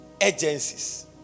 agencies